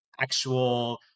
actual